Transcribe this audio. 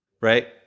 right